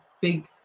big